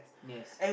yes